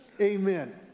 Amen